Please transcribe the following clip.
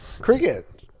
Cricket